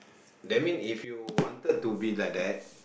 that mean if you wanted to be like that